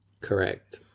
Correct